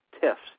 tiffs